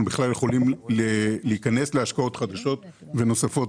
בכלל יכולים להיכנס להשקעות חדשות ונוספות